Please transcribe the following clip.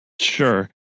sure